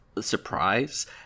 surprise